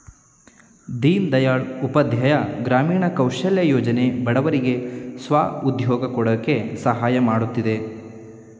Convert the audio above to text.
ದೀನ್ ದಯಾಳ್ ಉಪಾಧ್ಯಾಯ ಗ್ರಾಮೀಣ ಕೌಶಲ್ಯ ಯೋಜನೆ ಬಡವರಿಗೆ ಸ್ವ ಉದ್ಯೋಗ ಕೊಡಕೆ ಸಹಾಯ ಮಾಡುತ್ತಿದೆ